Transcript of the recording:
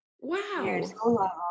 Wow